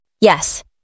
Yes